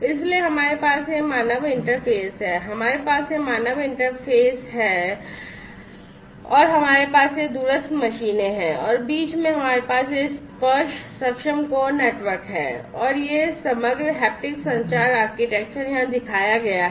इसलिए हमारे पास यह मानव इंटरफ़ेस है हमारे पास यह मानव इंटरफ़ेस है यह इस मानव इंटरफ़ेस है हमारे पास ये दूरस्थ मशीनें हैं और बीच में हमारे पास यह स्पर्श सक्षम कोर नेटवर्क है और यह समग्र हैप्टिक संचार architecture यहां दिखाया गया है